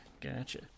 gotcha